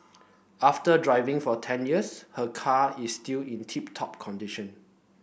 after driving for ten years her car is still in tip top condition